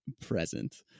present